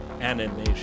animation